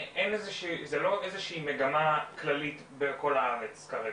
זה לא איזו שהיא מגמה כללית, בכל הארץ כרגע.